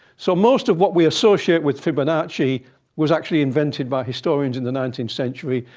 so most of what we associate with fibonacci was actually invented by historians in the nineteenth century,